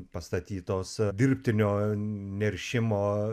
pastatytos dirbtinio neršimo